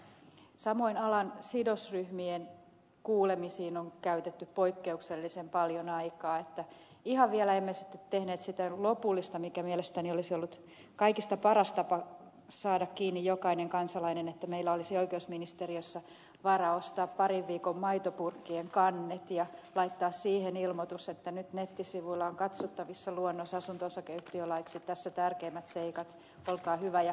samoin alan sidosryhmien kuulemisiin on käytetty poikkeuksellisen paljon aikaa ihan vielä emme sitten tehneet sitä lopullista temppua mikä mielestäni olisi ollut kaikista paras tapa saada kiinni jokainen kansalainen että meillä olisi oikeusministeriössä varaa ostaa parin viikon maitopurkkien kannet ja laittaa niihin ilmoitus että nyt nettisivuilla on katsottavissa luonnos asunto osakeyhtiölaiksi tässä tärkeimmät seikat olkaa hyvä ja kommentoikaa